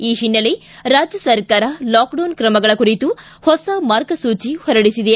ಈ ಹಿನ್ನೆಲೆ ರಾಜ್ಯ ಸರ್ಕಾರ ಲಾಕ್ಡೌನ್ ಕ್ರಮಗಳ ಕುರಿತು ಆದೇಶ ಹೊರಡಿಸಿದೆ